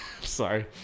sorry